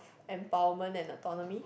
empowerment and autonomy